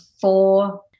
four